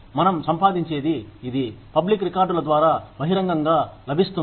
మనం సంపాదించేది ఇది పబ్లిక్ రికార్డుల ద్వారా బహిరంగంగా లభిస్తుంది